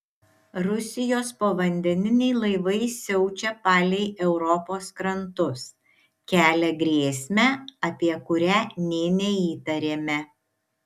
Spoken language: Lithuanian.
rusijos povandeniniai laivai siaučia palei europos krantus kelia grėsmę apie kurią nė neįtarėme